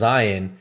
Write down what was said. Zion